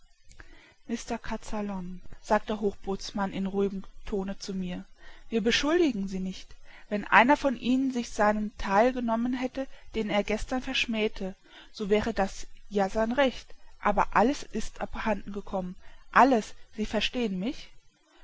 mr kazallon sagt der hochbootsmann in ruhigem tone zu mir wir beschuldigen sie nicht wenn einer von ihnen sich seinen theil genommen hätte den er gestern verschmähte so wäre das ja sein recht aber alles ist abhanden gekommen alles sie verstehen mich